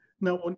Now